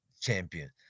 champion